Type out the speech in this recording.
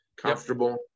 comfortable